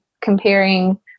comparing